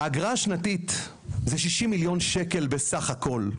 האגרה השנתית היא 60,000,000 שקל בסך הכול.